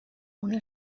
una